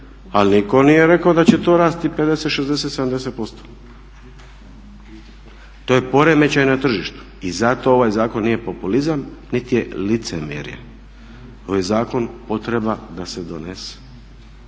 ali nitko nije rekao da će to rasti 50, 60, 70%. To je poremećaj na tržištu i zato ovaj zakon nije populizam niti je licemjerje. Ovaj zakon je potreba da se donese,